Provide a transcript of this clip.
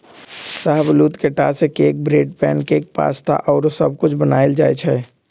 शाहबलूत के टा से cake, bread, pancake, pasta आउरो सब कुछ बनायल जाइ छइ